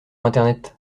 internet